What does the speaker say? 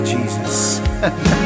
Jesus